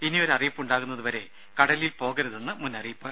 ഇനിയൊരു അറിയിപ്പ് ഉണ്ടാകുന്നത് വരെ കടലിൽ പോകരുതെന്ന് മുന്നറിയിപ്പ്